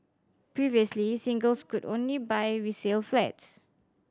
previously singles could only buy resale flats